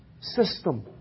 System